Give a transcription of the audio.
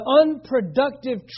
unproductive